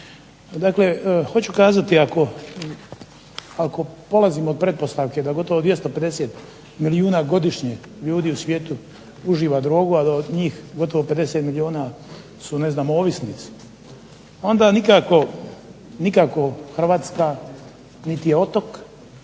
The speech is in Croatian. Dakle hoću kazati ako polazimo od pretpostavke da gotovo 250 milijuna godišnje ljudi u svijetu uživa drogu, ali da od njih gotovo 50 milijuna su ne znam ovisnici, onda nikako Hrvatska niti je otok,